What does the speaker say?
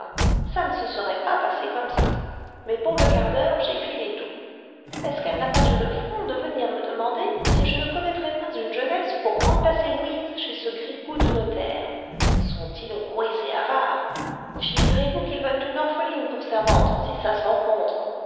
ça ne se serait pas passé comme ça mais pour le quart d'heure j'ai filé doux est-ce qu'elle n'a pas eu le front de venir me demander si je ne connaîtrais pas une jeunesse pour remplacer louise chez ce grigou de notaire sont-ils roués et avares figurez-vous qu'ils veulent une orpheline pour servante si ça se rencontre